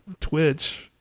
Twitch